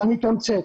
אני אתמצת.